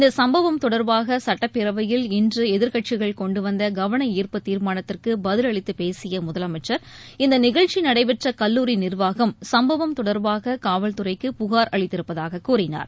இந்த சும்பவம் தொடர்பாக சுட்டப்பேரவையில் இன்று எதிர்கட்சிகள் கொண்டுவந்த கவன ஈர்ப்பு தீர்மானத்திற்கு பதில் அளித்து பேசிய முதலமைச்சர் இந்த நிகழ்ச்சி நடைபெற்ற கல்லூரி நிர்வாகம் சம்பவம் தொடர்பாக காவல் துறைக்கு புகார் அளித்திருப்பதாக கூறினார்